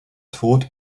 tot